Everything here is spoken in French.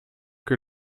que